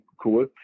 cool